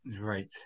Right